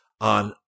on